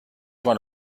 one